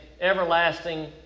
everlasting